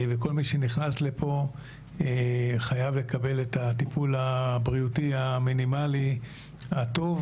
וכל מי שנכנס לפה חייב לקבל את הטיפול הבריאותי המינימלי הטוב